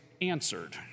answered